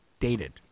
dated